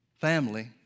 family